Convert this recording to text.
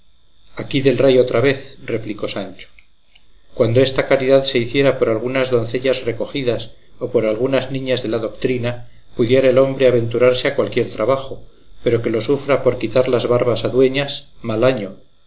aquí del rey otra vez replicó sancho cuando esta caridad se hiciera por algunas doncellas recogidas o por algunas niñas de la doctrina pudiera el hombre aventurarse a cualquier trabajo pero que lo sufra por quitar las barbas a dueñas mal año